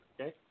Okay